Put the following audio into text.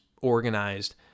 organized